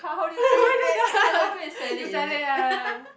oh-my-god you sell it ah